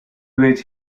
which